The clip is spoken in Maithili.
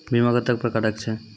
बीमा कत्तेक प्रकारक छै?